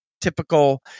typical